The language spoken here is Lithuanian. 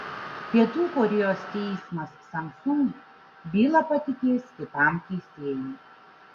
pietų korėjos teismas samsung bylą patikės kitam teisėjui